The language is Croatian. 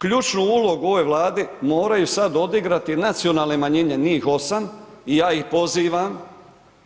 Ključnu ulogu u ovoj Vladi moraju sad odigrati nacionalne manjine, njih 8 i ja ih pozivam